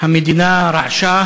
המדינה רחשה